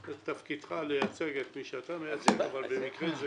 תפקידך לייצג את מי שאתה מייצג, אבל במקרה הזה